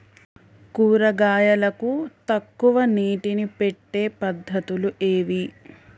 కూరగాయలకు తక్కువ నీటిని పెట్టే పద్దతులు ఏవి?